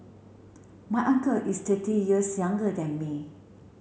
my uncle is thirty years younger than me